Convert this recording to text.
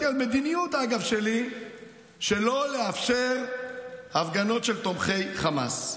שבו דיברתי על המדיניות שלי שלא לאפשר הפגנות של תומכי חמאס.